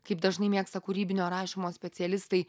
kaip dažnai mėgsta kūrybinio rašymo specialistai